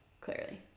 clearly